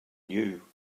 knew